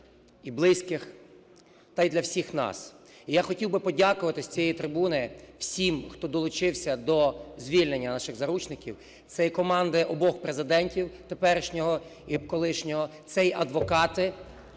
і близьких та й для всіх нас. І я хотів би подякувати з цієї трибуни всім, хто долучився до звільнення наших заручників – це і команди обох президентів теперішнього і колишнього, це і адвокати,